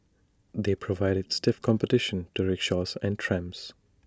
they provided stiff competition to rickshaws and trams